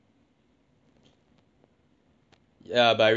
ya but I already use my free thirty day trial